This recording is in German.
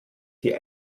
die